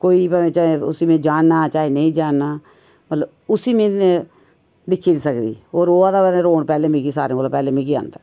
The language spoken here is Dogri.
कोई भई चाहे उसी में जाना जां नेईं जाना मतलब उसी में दिक्खी नि सकदी कोई रोआ दा होऐ ते रौन पैह्लें मिगी सारें कोला पैह्लें मिगी औंदा